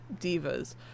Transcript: divas